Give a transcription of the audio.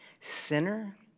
Sinner